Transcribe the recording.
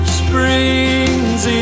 springs